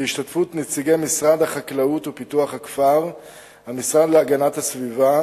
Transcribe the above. בהשתתפות נציגי משרד החקלאות ופיתוח הכפר והמשרד להגנת הסביבה,